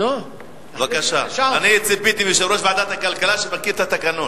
אני ציפיתי מיושב-ראש ועדת הכלכלה שהוא יכיר את התקנון.